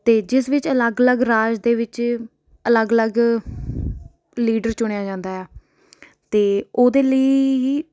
ਅਤੇ ਜਿਸ ਵਿੱਚ ਅਲੱਗ ਅਲੱਗ ਰਾਜ ਦੇ ਵਿੱਚ ਅਲੱਗ ਅਲੱਗ ਲੀਡਰ ਚੁਣਿਆ ਜਾਂਦਾ ਆ ਅਤੇ ਉਹਦੇ ਲਈ